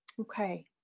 Okay